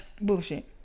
Bullshit